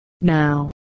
now